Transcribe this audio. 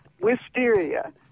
Wisteria